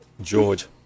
George